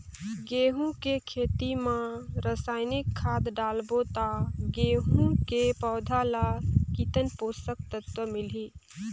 गंहू के खेती मां रसायनिक खाद डालबो ता गंहू के पौधा ला कितन पोषक तत्व मिलही?